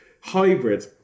hybrid